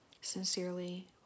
Sincerely